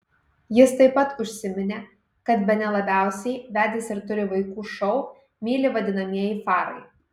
jis taip pat užsiminė kad bene labiausiai vedęs ir turi vaikų šou myli vadinamieji farai